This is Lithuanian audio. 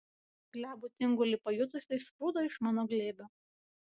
glebų tingulį pajutusi išsprūdo iš mano glėbio